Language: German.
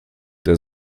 der